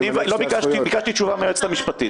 ביקשתי תשובה מהיועצת המשפטית.